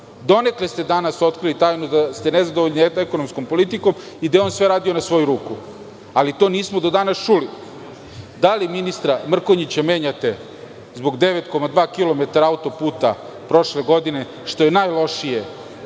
Donekle ste danas otkrili tajnu da ste nezadovoljni ekonomskom politikom i da je on sve radio na svoju ruku, ali to nismo do danas čuli. Da li ministra Mrkonjića menjate zbog 9,2 km autoputa prošle godine, što je najlošije